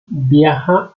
viaja